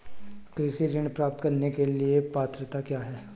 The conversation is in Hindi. कृषि ऋण प्राप्त करने की पात्रता क्या है?